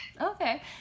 Okay